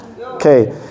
okay